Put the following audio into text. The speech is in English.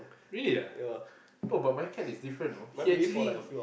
really ya oh but my cat is different you know he actually